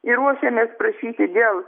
ir ruošiamės prašyti dėl